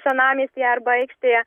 senamiestyje arba aikštėje